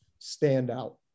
standout